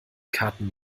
karten